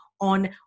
On